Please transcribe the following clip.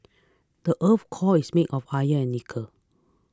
the earth's core is made of iron and nickel